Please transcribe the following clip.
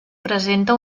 presenta